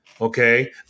okay